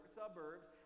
suburbs